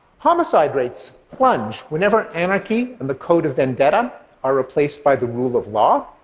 homicide rates plunge whenever anarchy and the code of vendetta are replaced by the rule of law.